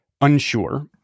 Unsure